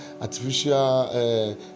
artificial